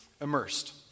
immersed